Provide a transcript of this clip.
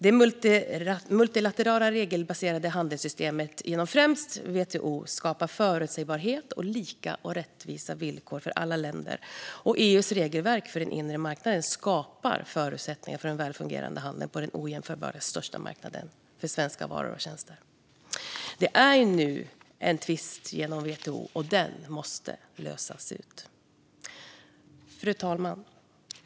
Det multilaterala regelbaserade handelssystemet inom främst WTO skapar förutsägbarhet och lika och rättvisa villkor för alla länder, och EU:s regelverk för den inre marknaden skapar förutsättningar för en välfungerande handel på den ojämförligt största marknaden för svenska varor och tjänster. Det finns nu en tvist genom WTO, och den måste lösas. Fru talman!